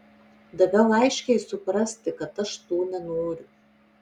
daviau aiškiai suprasti kad aš to nenoriu